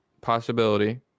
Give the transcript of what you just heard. possibility